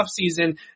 offseason –